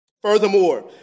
Furthermore